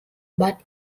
but